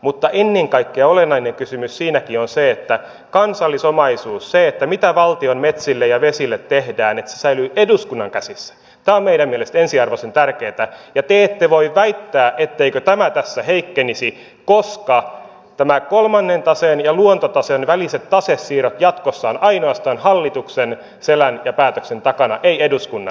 mutta ennen kaikkea olennainen kysymys siinäkin on se että kansallisomaisuus se mitä valtion metsille ja vesille tehdään että se säilyy eduskunnan käsissä on meidän mielestämme ensiarvoisen tärkeätä ja te ette voi väittää etteikö tämä tässä heikkenisi koska kolmannen taseen ja luontotaseen väliset tasesiirrot jatkossa ovat ainoastaan hallituksen selän ja päätöksen takana eivät eduskunnan